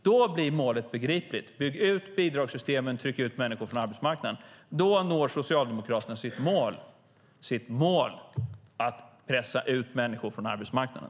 Då blir målet begripligt. Bygg ut bidragssystemen och tryck ut människor från arbetsmarknaden. Då når Socialdemokraterna sitt mål, nämligen att pressa ut människor från arbetsmarknaden.